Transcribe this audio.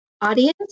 audience